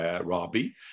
Robbie